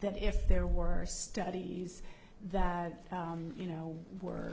that if there were studies that you know were